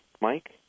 Mike